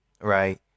right